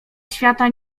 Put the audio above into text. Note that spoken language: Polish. świata